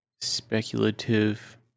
speculative